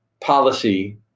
policy